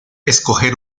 escoger